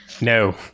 No